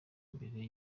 mbere